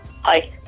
Hi